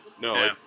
No